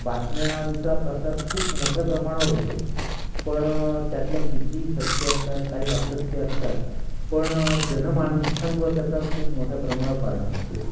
बातम्यांचा प्रसार खुप मोठ्या प्रमाणावर होतो पण त्यातल्या किती सत्य असतात काही असत्य असतात पण जनमानसांवर त्याचा खुप मोठ्या प्रमाणावर परिणाम होतो